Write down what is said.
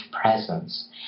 presence